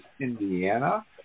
Indiana